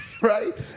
right